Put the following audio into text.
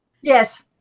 Yes